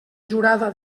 jurada